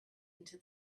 into